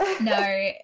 No